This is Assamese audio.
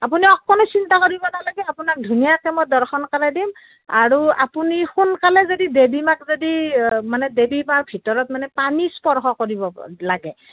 আপুনি অকণো চিন্তা কৰিব নালাগে আপোনাক ধুনীয়াকৈ মই দৰ্শন কৰাই দিম আৰু আপুনি সোনকালে যদি দেৱীমাক মাক যদি মানে দেৱীমাৰ ভিতৰত মানে পানী স্পৰ্শ কৰিব প লাগে